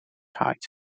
height